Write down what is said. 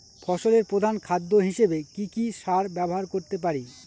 ফসলের প্রধান খাদ্য হিসেবে কি কি সার ব্যবহার করতে পারি?